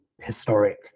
historic